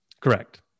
Correct